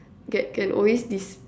that can always dis~